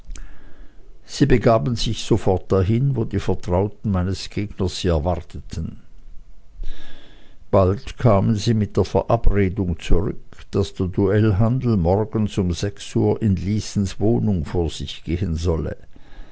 sie begaben sich sofort dahin wo die vertrauten meines gegners sie erwarteten bald kamen sie mit der verabredung zurück daß der duellhandel morgens um sechs uhr in lysens wohnung vor sich gehen solle